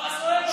עבאס אוהב אותו,